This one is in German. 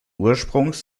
ursprungs